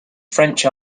french